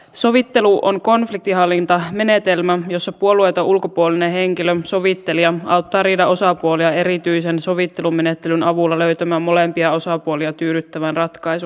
sovittelu on konfliktinhallintamenetelmä jossa puolueeton ulkopuolinen henkilö sovittelija auttaa riidan osapuolia erityisen sovittelumenettelyn avulla löytämään molempia osapuolia tyydyttävän ratkaisun